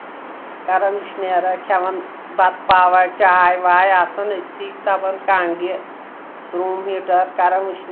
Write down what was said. کران وٕشنیرا کھؠوان بَتہٕ پاوا چاے واے آسان أتھۍ تپان کنٛگرِ روٗم ہیٖٹر کران وٕشنیر